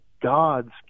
God's